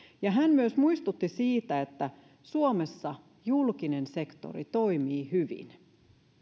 ja hän myös muistutti siitä että suomessa julkinen sektori toimii hyvin